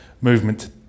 movement